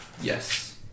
yes